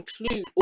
include